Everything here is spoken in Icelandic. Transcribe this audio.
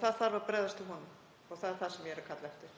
Það þarf að bregðast við honum og það er það sem ég er að kalla eftir.